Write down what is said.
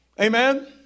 Amen